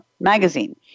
Magazine